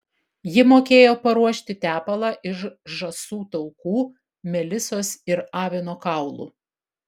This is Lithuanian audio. ji mokėjo paruošti tepalą iš žąsų taukų melisos ir avino kaulų